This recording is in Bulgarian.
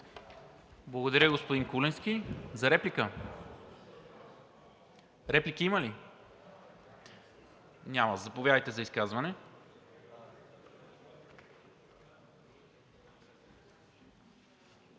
Благодаря, господин Куленски. Реплики има ли? Няма. Заповядайте за изказване.